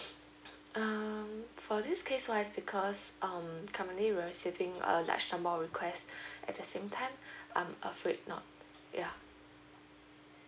uh for this case wise because um currently we're receiving a large uh number of requests at the same time um afraid not ya